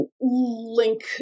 link